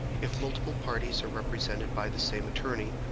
if multiple parties are represented by the same attorney,